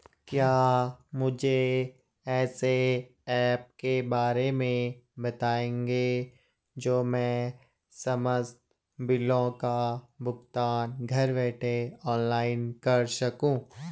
क्या मुझे ऐसे ऐप के बारे में बताएँगे जो मैं समस्त बिलों का भुगतान घर बैठे ऑनलाइन कर सकूँ?